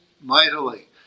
mightily